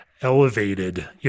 elevated